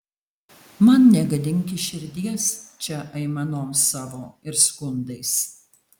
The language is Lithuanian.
man negadinki širdies čia aimanom savo ir skundais